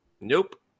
Nope